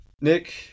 Nick